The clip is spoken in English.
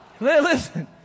Listen